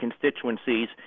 constituencies